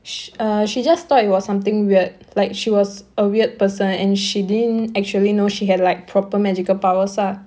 sh~ uh she just thought it was something weird like she was a weird person and she didn't actually know she had like proper magical powers uh